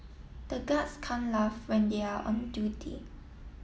the guards can't laugh when they are on duty